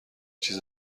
چیز